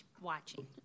watching